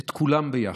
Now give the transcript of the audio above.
את כולם ביחד,